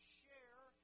share